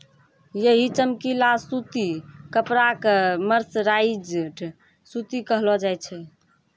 यही चमकीला सूती कपड़ा कॅ मर्सराइज्ड सूती कहलो जाय छै